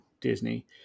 Disney